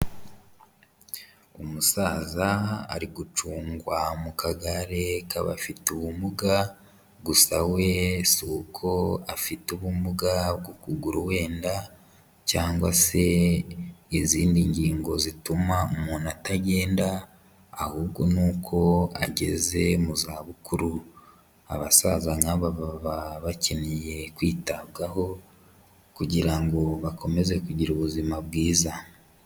Umusaza ari gucungwa mu kagare k'abafite ubumuga, gusa we si uko afite ubumuga bw'ukuguru wenda, cyangwa se izindi ngingo zituma umuntu atagenda, ahubwo ni uko ageze mu za bukuru, abasaza nk'aba baba bakeneye kwitabwaho kugira ngo bakomeze kugira ubuzima bwiza.